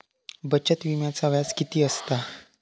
बचत विम्याचा व्याज किती असता?